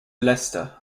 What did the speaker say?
leicester